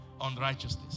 unrighteousness